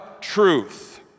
truth